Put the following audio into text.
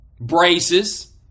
Braces